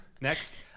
Next